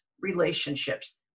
relationships